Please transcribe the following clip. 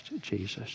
Jesus